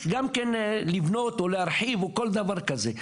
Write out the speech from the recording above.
גם כן לבנות או להרחיב או כל דבר כזה,